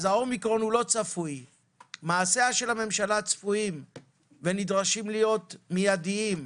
האומיקרון לא צפוי אבל מעשי הממשלה צפויים ונדרשים להיות מיידיים,